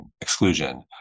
exclusion